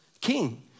king